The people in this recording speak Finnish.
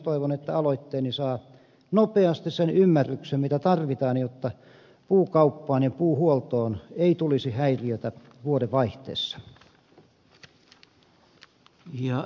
toivon että aloitteeni saa nopeasti sen ymmärryksen mitä tarvitaan jotta puukauppaan ja puuhuoltoon ei tulisi häiriöitä vuodenvaihteessa